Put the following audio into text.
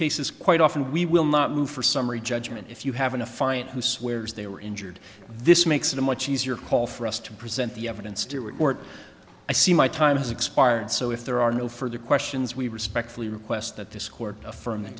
cases quite often we will not move for summary judgment if you have an affine who swears they were injured this makes it a much easier call for us to present the evidence to report i see my time's expired so if there are no further questions we respectfully request that this court affirm